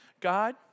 God